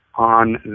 on